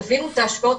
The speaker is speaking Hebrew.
תבינו את ההשפעות,